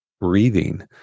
breathing